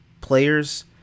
players